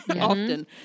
often